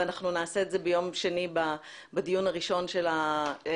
ואנחנו נעשה את זה ביום שני בדיון הראשון של הוועדה.